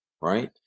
right